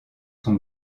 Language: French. son